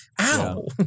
Ow